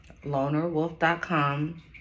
lonerwolf.com